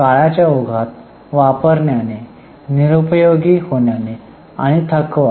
काळाच्या ओघात वापरण्याने निरुपयोगी होण्याने आणि थकवा